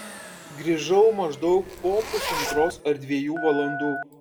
grįžau maždaug po pusantros ar dviejų valandų